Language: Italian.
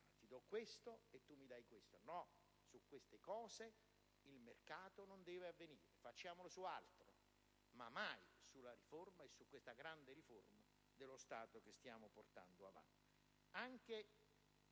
ti do questo e tu mi dai quello. No! Su queste cose il mercato non deve avvenire. Facciamolo su altre, ma mai sulle riforme, e in particolare su questa grande riforma dello Stato che stiamo portando avanti.